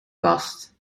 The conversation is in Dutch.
kast